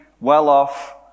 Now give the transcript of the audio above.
well-off